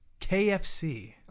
KFC